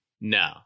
no